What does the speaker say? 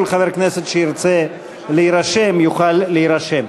כל חבר כנסת שירצה להירשם יוכל להירשם.